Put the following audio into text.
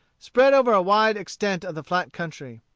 spread over a wide extent of the flat country.